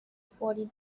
forty